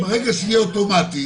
ברגע שיהיה אוטומטית.